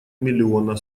миллиона